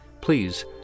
please